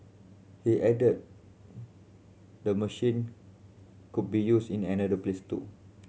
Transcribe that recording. he added the machine could be used in other place too